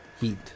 heat